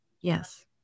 Yes